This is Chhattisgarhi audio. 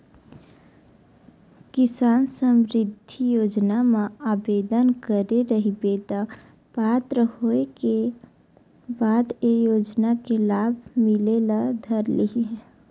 किसान समरिद्धि योजना म आबेदन करे रहिबे त पात्र होए के बाद ए योजना के लाभ मिले ल धर लिही